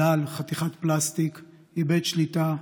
עלה על חתיכת פלסטיק, איבד שליטה,